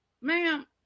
ma'am